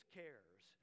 cares